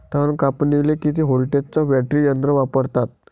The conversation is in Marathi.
तन कापनीले किती व्होल्टचं बॅटरी यंत्र वापरतात?